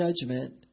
judgment